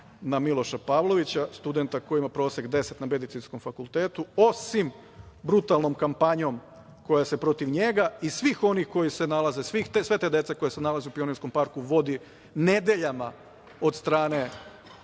na Miloša Pavlovića, studenta koji ima prosek 10 na Medicinskom fakultetu, osim brutalnom kampanjom koja se protiv njega i svih onih koji se nalaze, sve te dece koja se nalaze u Pionirskom parku vodi nedeljama od strane